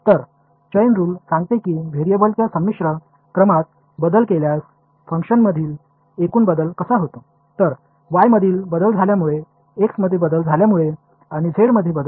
இந்த chain rule ஒரு செயல்பாட்டின் மொத்த மாற்றம் எவ்வாறு கலப்பு வகை மாறிகளில் மாற்றங்களை அளிக்கிறது என்பதை பற்றி கூறுகின்றது